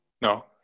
No